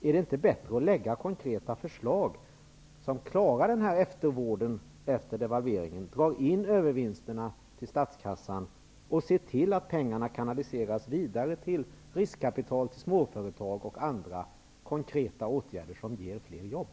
Är det inte bättre att lägga fram konkreta förslag som klarar eftervården efter devalveringen, som drar in övervinsterna till statskassan och ser till att pengarna kanaliseras vidare till riskkapital, till småföretag och till andra konkreta åtgärder som ger fler jobb?